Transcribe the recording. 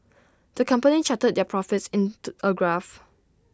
the company charted their profits in to A graph